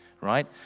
right